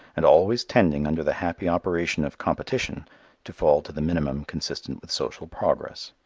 and always tending under the happy operation of competition to fall to the minimum consistent with social progress.